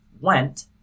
went